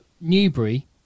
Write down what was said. Newbury